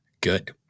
Good